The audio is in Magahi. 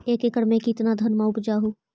एक एकड़ मे कितना धनमा उपजा हू?